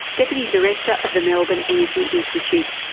deputy director of the melbourne energy institute.